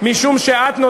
מי שכר את האוטובוסים?